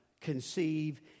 conceive